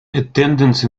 attendance